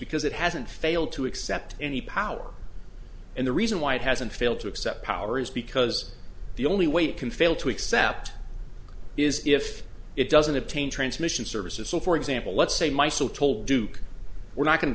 because it hasn't failed to accept any power and the reason why it hasn't failed to accept power is because the only way it can fail to accept is if it doesn't obtain transmission services so for example let's say my so told duke we're not going to